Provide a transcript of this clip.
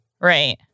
Right